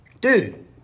Dude